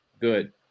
Good